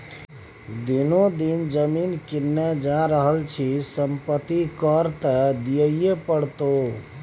दिनो दिन जमीन किनने जा रहल छी संपत्ति कर त दिअइये पड़तौ